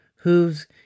Hooves